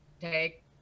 take